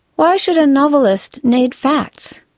why should a novelist need facts?